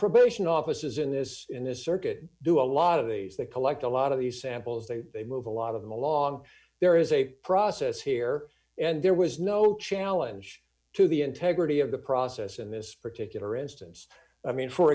probation officers in this in this circuit do a lot of these they collect a lot of these samples they move a lot of them along there is a process here and there was no challenge to the integrity of the process in this particular instance i mean for